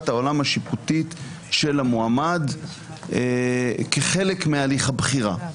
העולם השיפוטית של המועמד כחלק מהליך הבחירה.